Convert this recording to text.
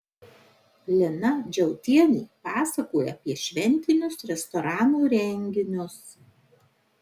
lina džiautienė pasakoja apie šventinius restorano renginius